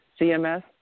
CMS